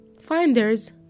Finders